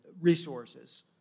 resources